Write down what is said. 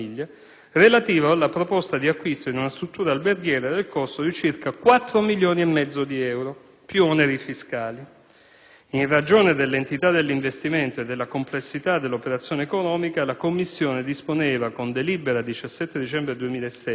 relativo alla proposta di acquisto di una struttura alberghiera del costo di circa 4,5 milioni di euro, più oneri fiscali. In ragione dell'entità dell'investimento e della complessità dell'operazione economica, la commissione disponeva, con delibera del 17 dicembre 2007,